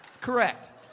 correct